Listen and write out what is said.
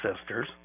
sisters